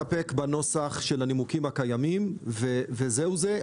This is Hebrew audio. הייתי מסתפק בנוסח של הנימוקים הקיימים וזהו זה,